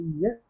yes